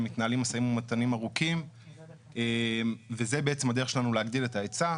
מתנהלים משאים ומתנים ארוכים וזו בעצם הדרך שלנו להגדיל את ההיצע.